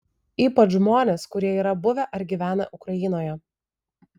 ypač žmonės kurie yra buvę ar gyvenę ukrainoje